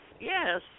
Yes